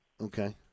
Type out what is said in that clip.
Okay